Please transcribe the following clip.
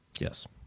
Yes